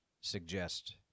suggest